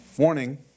Warning